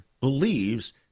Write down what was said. believes